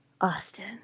Austin